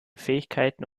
fähigkeiten